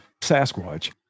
sasquatch